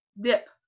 dip